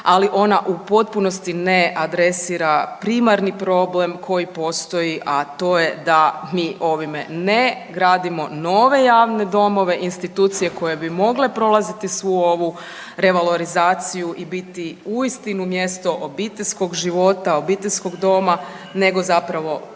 ali ona u potpunosti ne adresira primarni problem koji postoji, a to je da mi ovime ne gradimo nove javne domove, institucije koje bi mogle prolaziti svu ovu revalorizaciju i biti uistinu mjesto obiteljskog života i obiteljskog doma nego zapravo